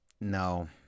no